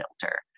filter